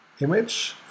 image